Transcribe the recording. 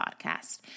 podcast